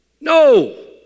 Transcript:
No